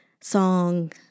song